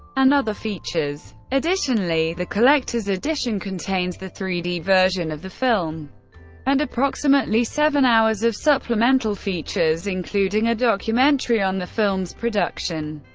and other features. additionally, the collector's edition contains the three d version of the film and approximately seven hours of supplemental features including a documentary on the film's production.